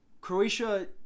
Croatia